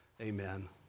Amen